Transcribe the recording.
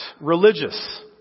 religious